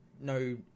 no